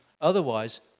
Otherwise